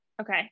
Okay